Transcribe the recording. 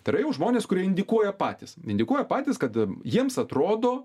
tai yra jau žmonės kurie indikuoja patys indikuoja patys kad jiems atrodo